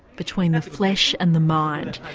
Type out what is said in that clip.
between the flesh and the mind.